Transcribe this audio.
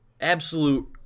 absolute